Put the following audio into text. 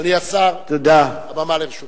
אדוני השר, הבמה לרשותך.